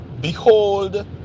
Behold